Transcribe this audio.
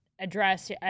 address